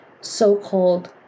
so-called